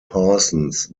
parsons